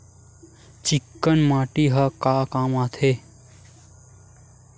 चिकना माटी ह का काम आथे?